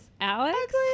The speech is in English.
alex